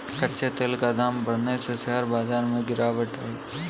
कच्चे तेल का दाम बढ़ने से शेयर बाजार में गिरावट आई